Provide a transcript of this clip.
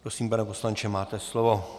Prosím, pane poslanče, máte slovo.